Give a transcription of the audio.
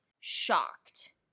shocked